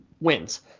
wins